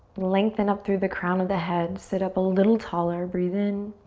lengthen up through the crown of the head. sit up a little taller. breathe in.